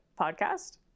podcast